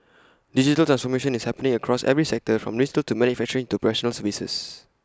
digital transformation is happening across every sector from retail to manufacturing to professional services